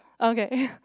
Okay